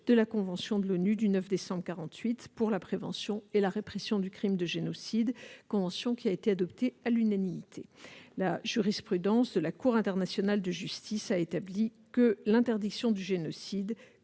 de la convention de l'ONU du 9 décembre 1948 pour la prévention et la répression du crime de génocide, adoptée à l'unanimité. La jurisprudence de la Cour internationale de justice a établi que l'interdiction du génocide